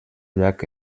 llac